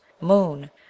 moon